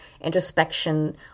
introspection